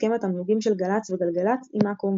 הסכם התמלוגים של גל"צ וגלגלצ עם אקו"ם,